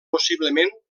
possiblement